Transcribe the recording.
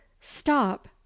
stop